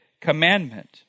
commandment